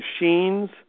machines